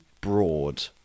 broad